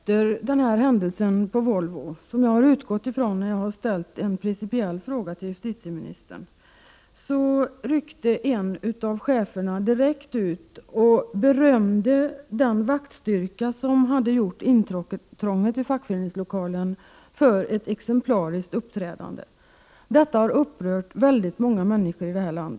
Herr talman! Strax efter den händelse på Volvo som jag har utgått från när jag ställde en principiell fråga till justitieministern ryckte en av cheferna direkt ut och berömde den vaktstyrka som gjort intrånget i fackföreningslokalen för ett exemplariskt uppträdande. Detta har upprört många människor i vårt land.